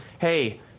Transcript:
hey